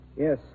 Yes